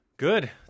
Good